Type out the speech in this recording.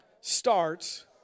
starts